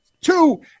two